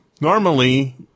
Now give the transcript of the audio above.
normally